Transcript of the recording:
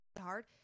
hard